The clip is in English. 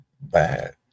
bad